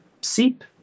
seep